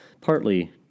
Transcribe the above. partly